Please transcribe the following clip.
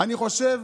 אני חושב